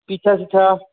পিঠা চিঠা